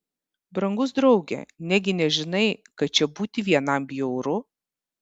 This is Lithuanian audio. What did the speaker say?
brangus drauge negi nežinai kad čia būti vienam bjauru